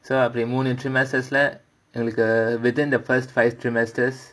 so அப்டி:apdi within the first five trimesters